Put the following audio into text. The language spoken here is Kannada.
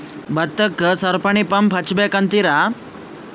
ಭತ್ತಕ್ಕ ಸರಪಣಿ ಪಂಪ್ ಹಚ್ಚಬೇಕ್ ಅಂತಿರಾ?